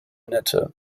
nette